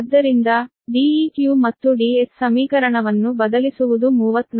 ಆದ್ದರಿಂದ Deq ಮತ್ತು Ds ಸಮೀಕರಣವನ್ನು ಬದಲಿಸುವುದು 34